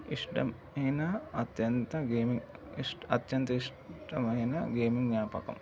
ఇష్టం అయిన అత్యంత గేమింగ్ అత్యంత ఇష్టమైన గేమింగ్ జ్ఞాపకం